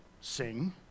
sing